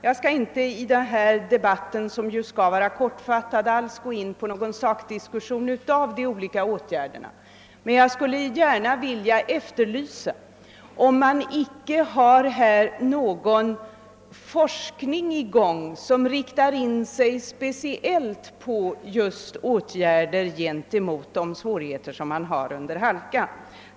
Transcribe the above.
Jag skall inte i denna debatt, som ju bör vara kortfattad, gå in på någon sakdiskussion av de olika åtgärderna, men jag vill gärna fråga statsrådet om det inte bedrivs någon forskning som speciellt riktar in sig på åtgärder för att minska trafiksvårigheter under halka.